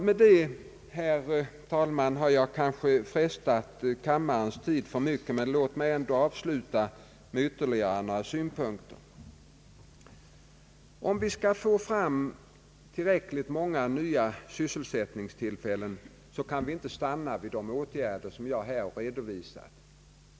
Med detta, herr talman, har jag kanske alltför mycket frestat kammarens tålamod, men låt mig ändå avsluta mitt anförande med några ytterligare synpunkter! Om vi skall få fram tillräckligt många nya sysselsättningstillfällen, kan vi inte stanna vid de åtgärder som jag här har redovisat.